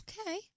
okay